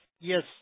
yes